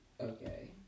Okay